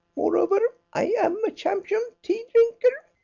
moreover i am a champion tea drinker.